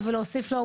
לברך,